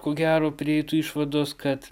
ko gero prieitų išvados kad